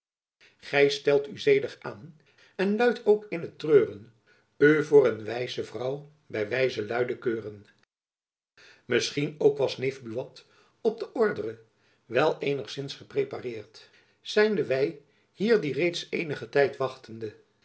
ghy stelt u sedigh aen en luet oock in het treuren u voor een wijse vrou by wijse luyden keuren misschien oock was neef buat op d'ordre wel eenigsins geprepareert sijnde wy hier die reeds eenigen tijt wachtende